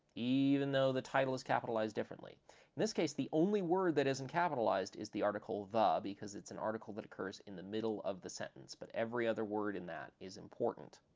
even though the title is capitalized differently. in this case, the only word that isn't capitalized is the article the, because it's an article that occurs in the middle of the sentence, but every other word in that is important.